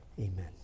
amen